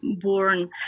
born